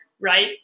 right